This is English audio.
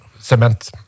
Cement